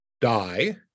die